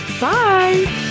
Bye